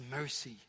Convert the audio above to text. mercy